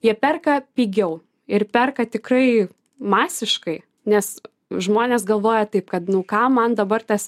jie perka pigiau ir perka tikrai masiškai nes žmonės galvoja taip kad nu ką man dabar tas